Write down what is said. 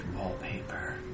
wallpaper